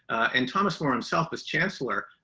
and thomas more himself as chancellor,